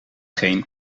geen